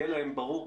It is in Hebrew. יהיה להם ברור,